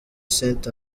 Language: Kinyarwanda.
saint